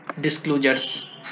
disclosures